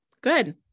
good